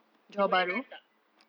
you boleh drive tak